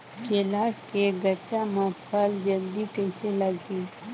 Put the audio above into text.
केला के गचा मां फल जल्दी कइसे लगही?